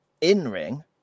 in-ring